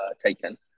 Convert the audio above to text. taken